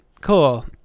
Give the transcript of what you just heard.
Cool